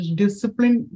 discipline